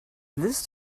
this